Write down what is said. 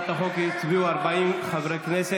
הדשנים נגד,